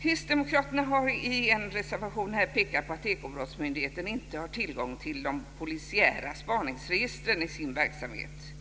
Kristdemokraterna har i en reservation pekat på att Ekobrottsmyndigheten inte har tillgång till de polisiära spaningsregistren i sin verksamhet.